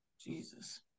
Jesus